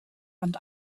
ond